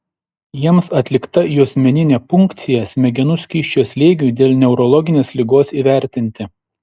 jiems atlikta juosmeninė punkcija smegenų skysčio slėgiui dėl neurologinės ligos įvertinti